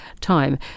time